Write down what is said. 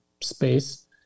space